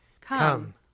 Come